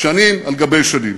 שנים על-גבי שנים.